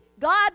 God